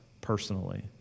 personally